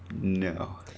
No